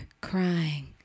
crying